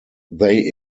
they